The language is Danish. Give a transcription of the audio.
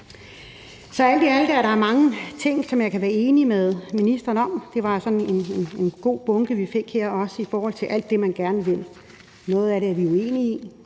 Så alt i alt er der mange ting, som jeg kan være enig med ministeren om. Det var også sådan en god bunke, vi her fik i forhold til alt det, man gerne vil, og noget af det er vi uenige i,